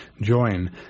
join